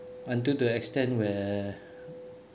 until the extent where